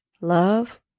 love